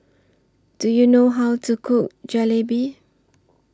Do YOU know How to Cook Jalebi